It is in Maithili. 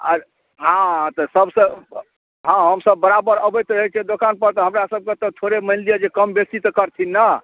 आओर हाँ तऽ सबसँ हाँ हमसब बराबर अबैत रहै छिए दोकानपर तऽ हमरासबके तऽ थोड़े मानि लिअऽ जे कम बेसी तऽ करथिन ने